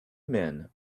men